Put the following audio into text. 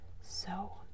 So